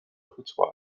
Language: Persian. فوتبال